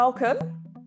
Welcome